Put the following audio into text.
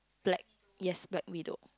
black yes black widow